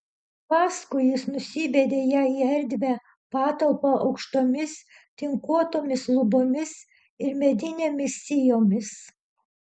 paskui jis nusivedė ją į erdvią patalpą aukštomis tinkuotomis lubomis ir medinėmis sijomis